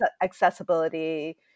accessibility